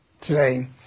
today